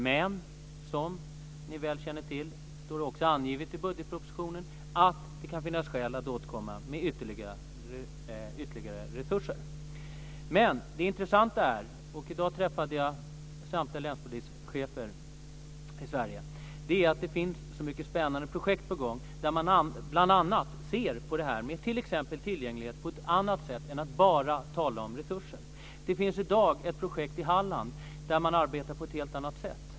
Men som ni väl känner till - och som också står angivet i budgetpropositionen - kan det finnas skäl att återkomma med ytterligare resurser. Jag träffade i dag samtliga länspolischefer i Sverige. Det intressanta är att det finns så många spännande projekt på gång. Man ser bl.a. på tillgänglighet på ett annat sätt än att bara tala om resurser. Det finns i dag ett projekt i Halland där man arbetar på ett helt annat sätt.